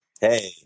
Hey